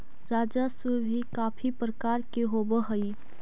राजस्व भी काफी प्रकार के होवअ हई